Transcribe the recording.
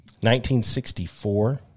1964